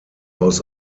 aus